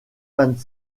vingt